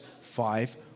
five